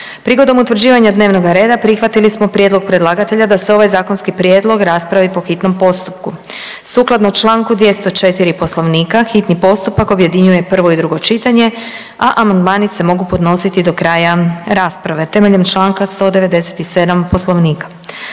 Prigodom utvrđivanja dnevnoga reda prihvatili smo prijedlog predlagatelja da se ovaj zakonski prijedlog raspravi po hitnom postupku. Sukladno čl. 204. Poslovnika hitni postupak objedinjuje prvo i drugo čitanje, a amandmani se mogu podnositi do kraja rasprave temeljem čl. 197. Poslovnika.